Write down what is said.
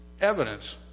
evidence